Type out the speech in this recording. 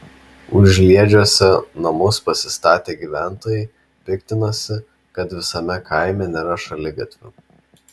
užliedžiuose namus pasistatę gyventojai piktinasi kad visame kaime nėra šaligatvių